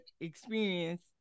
experience